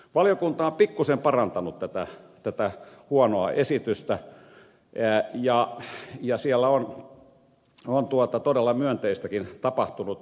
valiokunta on pikkuisen parantanut tätä huonoa esitystä ja siellä on todella myönteistäkin tapahtunut